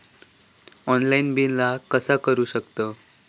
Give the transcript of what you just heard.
Online bill कसा करु शकतव?